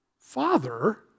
Father